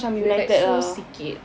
we're like so sikit